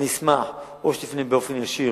אני אשמח, או שתפנה באופן ישיר